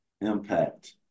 impact